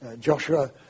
Joshua